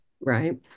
right